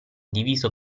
diviso